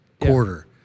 quarter